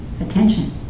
attention